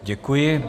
Děkuji.